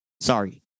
Sorry